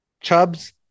chubs